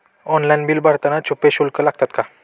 Online bill भरताना छुपे शुल्क लागतात का?